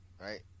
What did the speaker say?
right